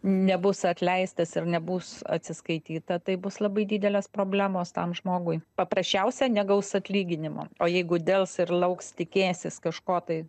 nebus atleistas ir nebus atsiskaityta tai bus labai didelės problemos tam žmogui paprasčiausia negaus atlyginimo o jeigu dels ir lauks tikėsis kažko tai